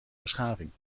beschaving